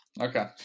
Okay